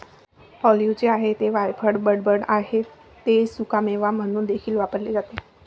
ऑलिव्हचे आहे ते वायफळ बडबड आहे ते सुकामेवा म्हणून देखील वापरले जाते